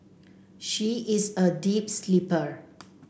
she is a deep sleeper